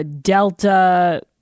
Delta